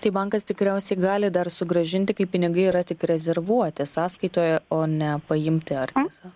tai bankas tikriausiai gali dar sugrąžinti kai pinigai yra tik rezervuoti sąskaitoje o ne paimti ar tiesa